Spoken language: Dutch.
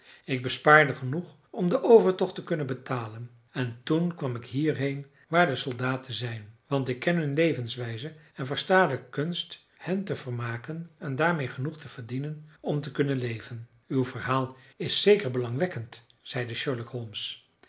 ik bespaarde genoeg om den overtocht te kunnen betalen en toen kwam ik hierheen waar de soldaten zijn want ik ken hun levenswijze en versta de kunst hen te vermaken en daarmee genoeg te verdienen om te kunnen leven uw verhaal is zeker belangwekkend zeide